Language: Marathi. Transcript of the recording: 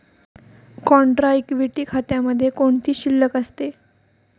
कॉन्ट्रा इक्विटी खात्यामध्ये कोणती शिल्लक असते?